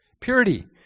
purity